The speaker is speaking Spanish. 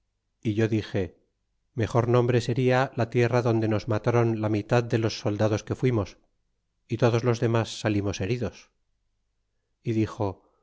e yo dixe mejor nombre seria la tierra donde nos mataron la mitad de loa soldados que fuimos y todos los demas salimos heridos e dixo